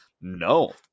No